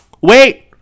Wait